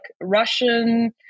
Russian